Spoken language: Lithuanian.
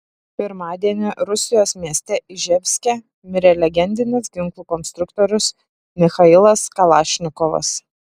pirmadienį rusijos mieste iževske mirė legendinis ginklų konstruktorius michailas kalašnikovas